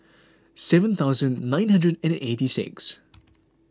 seven thousand nine hundred and eighty six